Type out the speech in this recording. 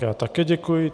Já také děkuji.